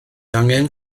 angen